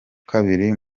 kabiri